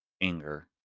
anger